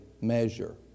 measure